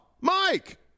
Mike